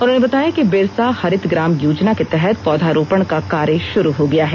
उन्होंने बताया कि बिरसा हरित ग्राम योजना के तहत पौधारोपण का कार्य श्रू हो गया है